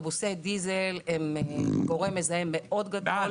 אוטובוסי דיזל הם גורם מזהם גדול מאוד